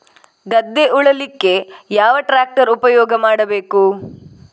ಗದ್ದೆ ಉಳಲಿಕ್ಕೆ ಯಾವ ಟ್ರ್ಯಾಕ್ಟರ್ ಉಪಯೋಗ ಮಾಡಬೇಕು?